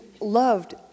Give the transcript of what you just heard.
loved